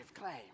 claim